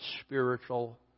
spiritual